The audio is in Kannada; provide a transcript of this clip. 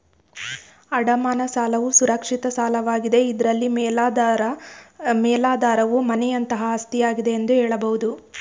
ಅಡಮಾನ ಸಾಲವು ಸುರಕ್ಷಿತ ಸಾಲವಾಗಿದೆ ಇದ್ರಲ್ಲಿ ಮೇಲಾಧಾರವು ಮನೆಯಂತಹ ಆಸ್ತಿಯಾಗಿದೆ ಎಂದು ಹೇಳಬಹುದು